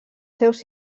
seus